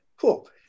Cool